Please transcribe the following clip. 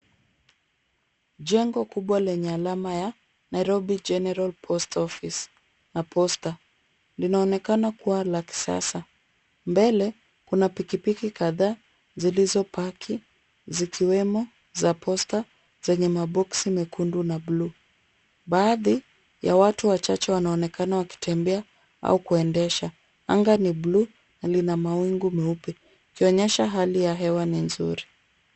Jengo kubwa lenye alama ya, Nairobi General Post Office la Posta. Linaonekana kuwa la kisasa. Mbele, kuna pikipiki kadhaa zilizo paki zikiwemo za posta zenye maboksi mekundu na blue . Baadhi ya watu wachache wanaonekana wakitembea au kuendesha. Anga ni blue , na lina mawingu meupe ikionyesha hali ya hewa ni nzuri.